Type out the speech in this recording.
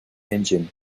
engine